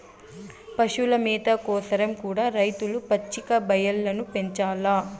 పశుల మేత కోసరం కూడా రైతులు పచ్చిక బయల్లను పెంచాల్ల